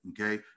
Okay